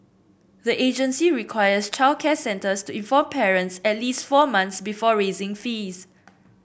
the agency requires childcare centres to inform parents at least four months before raising fees